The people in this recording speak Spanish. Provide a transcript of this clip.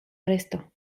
resto